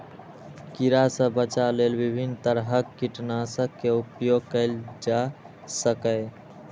कीड़ा सं बचाव लेल विभिन्न तरहक कीटनाशक के उपयोग कैल जा सकैए